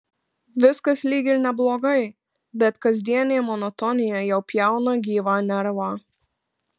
viskas lyg ir neblogai bet kasdienė monotonija jau pjauna gyvą nervą